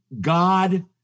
God